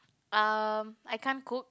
um I can't cook